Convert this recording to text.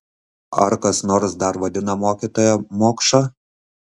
ar kas nors dar vadina mokytoją mokša